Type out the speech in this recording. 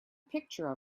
picture